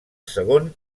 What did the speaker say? segon